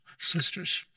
sisters